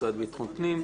המשרד לביטחון הפנים,